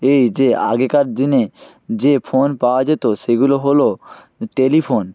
এই যে আগেকার দিনে যে ফোন পাওয়া যেত সেগুলো হলো টেলিফোন